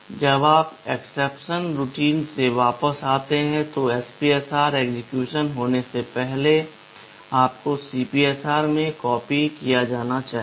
जब आप exception routine से वापस आते हैं तो SPSR एक्सेक्यूशन होने से पहले आपको CPSR में कॉपी किया जाना चाहिए